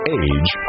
age